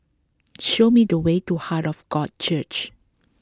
show me the way to Heart of God Church